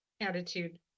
attitude